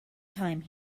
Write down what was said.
time